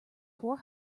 four